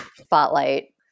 spotlight